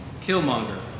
Killmonger